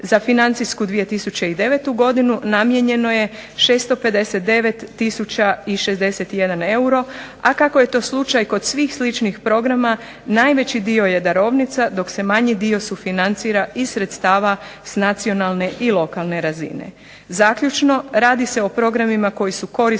Za financijsku 2009. godinu namijenjeno je 659 tisuća i 61 euro, a kako je to slučaj kod svih sličnih programa najveći dio je darovnica dok se manji dio sufinancira iz sredstava s nacionalne i lokalne razine.